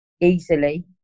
easily